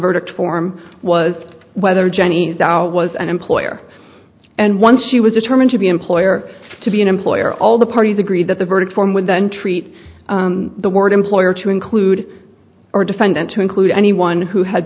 verdict form was whether jenny's out was an employer and one she was determined to be employer to be an employer all the parties agreed that the verdict form would then treat the word employer to include or defendant to include anyone who had